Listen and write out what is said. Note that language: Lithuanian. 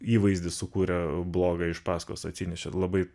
įvaizdį sukūrė blogą iš pasakos atsinešė labai